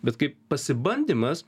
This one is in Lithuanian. bet kaip pasibandymas